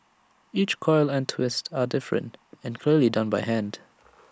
each coil and twist are different and clearly done by hand